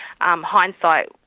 hindsight